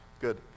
Good